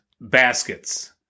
Baskets